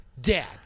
Dad